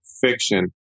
fiction